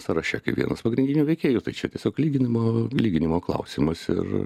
sąraše kaip vienas pagrindinių veikėjų tai čia tiesiog lyginimo lyginimo klausimas ir